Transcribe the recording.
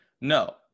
No